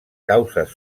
causes